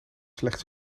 slechts